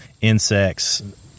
insects